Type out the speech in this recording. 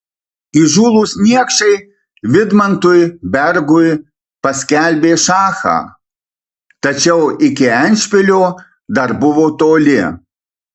įžūlūs niekšai vidmantui bergui paskelbė šachą tačiau iki endšpilio dar buvo toli